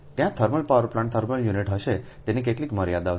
ત્યાં thermal power plant thermal unit હશે તેની કેટલીક મર્યાદા છે